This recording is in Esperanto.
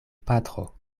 patro